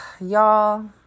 Y'all